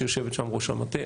ראש המטה,